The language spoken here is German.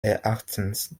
erachtens